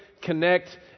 connect